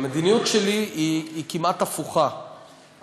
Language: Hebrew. אתה לא